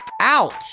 out